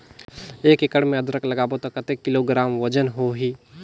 एक एकड़ मे अदरक लगाबो त कतेक किलोग्राम वजन होही?